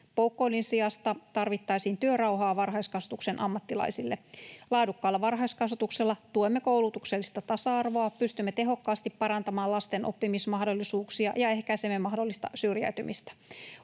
Poukkoilun sijasta tarvittaisiin työrauhaa varhaiskasvatuksen ammattilaisille. Laadukkaalla varhaiskasvatuksella tuemme koulutuksellista tasa-arvoa, pystymme tehokkaasti parantamaan lasten oppimismahdollisuuksia ja ehkäisemme mahdollista syrjäytymistä.